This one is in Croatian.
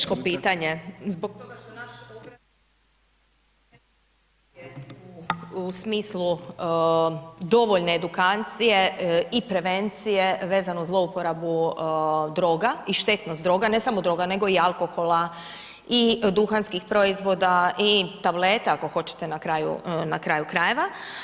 Teško pitanje …/Govornik isključen pa ponovno uključen./… u smislu dovoljne edukacije i prevencije vezano za zlouporabu droga i štetnost droga, ne samo droga nego i alkohola i duhanskih proizvoda i tableta ako hoćete na kraju krajeva.